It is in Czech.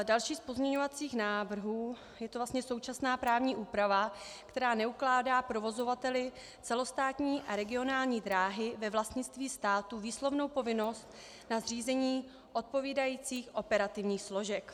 Další z pozměňovacích návrhů, je to vlastně současná právní úprava, která neukládá provozovateli celostátní a regionální dráhy ve vlastnictví státu výslovnou povinnost na zřízení odpovídajících operativních složek.